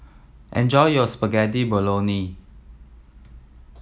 enjoy your Spaghetti Bolognese